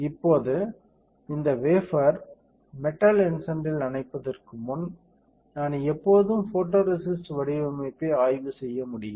இப்போது இந்த வேஃபர்ரை மெட்டல் எட்சன்டில் நனைப்பதற்கு முன் நான் எப்போதும் ஃபோட்டோரேசிஸ்ட் வடிவமைப்பை ஆய்வு செய்ய முடியும்